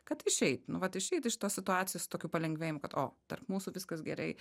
kad išeit nu vat išeit iš tos situacijos tokiu palengvėjimu kad o tarp mūsų viskas gerai